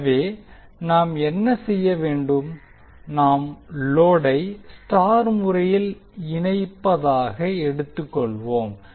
எனவே நாம் என்ன செய்ய வேண்டும் நாம் லோடை ஸ்டார் முறையில் இணைக்கப்பதாக எடுத்துக்கொள்வோம்